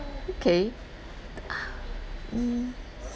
okay mm